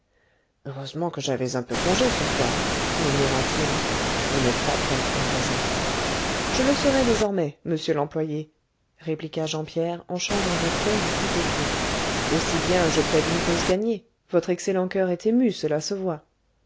heureusement que j'avais un peu congé ce soir murmura-t-il vous n'êtes pas bref mon voisin je le serai désormais monsieur l'employé répliqua jean pierre en changeant de ton du tout au tout aussi bien je plaide une cause gagnée votre excellent coeur est ému cela se voit